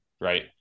right